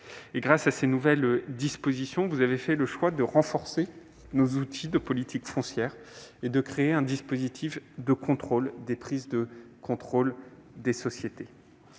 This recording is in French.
Grâce à ces nouvelles dispositions, vous avez fait le choix de renforcer nos outils de politique foncière et de créer un dispositif de contrôle des prises de contrôle des sociétés.